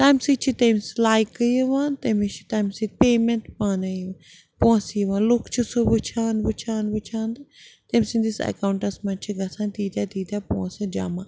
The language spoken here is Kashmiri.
تَمہِ سۭتۍ چھِ تٔمِس لایکہٕ یِوان تٔمِس چھِ تَمہِ سۭتۍ پیمٮ۪نٛٹ پانَے پونٛسہٕ یِوان لُکھ چھِ سُہ وٕچھان وٕچھان وٕچھان تہٕ تٔمۍ سٕنٛدِس اٮ۪کاوُنٛٹَس منٛز چھِ گژھان تیٖتیٛاہ تیٖتیٛاہ پونٛسہٕ جمع